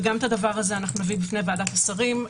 וגם את הדבר הזה אנחנו נביא בפני ועדת השרים.